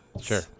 sure